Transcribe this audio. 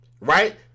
right